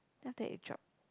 then after that it drop